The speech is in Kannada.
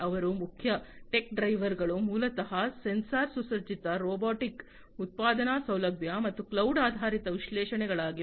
ಅವರ ಮುಖ್ಯ ಟೆಕ್ ಡ್ರೈವರ್ಗಳು ಮೂಲತಃ ಸೆನ್ಸರ್ ಸುಸಜ್ಜಿತ ರೊಬೊಟಿಕ್ ಉತ್ಪಾದನಾ ಸೌಲಭ್ಯ ಮತ್ತು ಕ್ಲೌಡ್ ಆಧಾರಿತ ವಿಶ್ಲೇಷಣೆಗಳಾಗಿವೆ